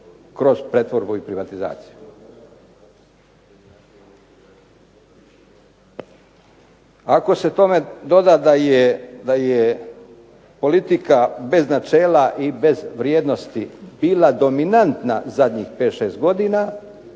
kroz pretvorbu i privatizaciju. Ako se tome doda da je politika bez načela i bez vrijednosti bila dominantna zadnjih pet,